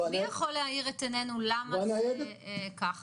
מי יכול להאיר את עינינו למה זה ככה?